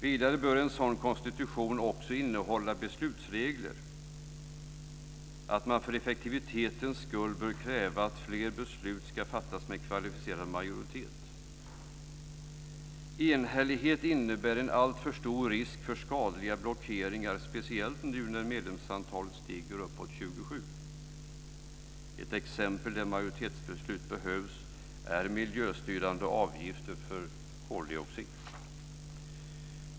Vidare bör en sådan konstitution också innehålla beslutsregler, att man för effektivitetens skull bör kräva att fler beslut ska fattas med kvalificerad majoritet. Enhällighet innebär en alltför stor risk för skadliga blockeringar, speciellt nu när medlemsantalet stiger uppåt 27. Ett exempel där majoritetsbeslut behövs är miljöstyrande avgifter på koldioxid.